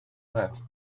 meant